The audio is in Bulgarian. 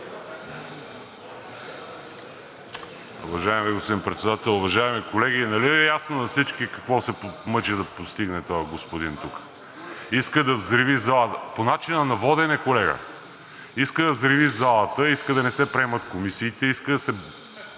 господин Председател, уважаеми колеги! Нали Ви е ясно на всички какво се мъчи да постигне този господин тук? Иска да взриви залата. По начина на водене, колега. Иска да взриви залата, иска да не се приемат комисиите, иска да се